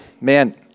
man